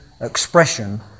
expression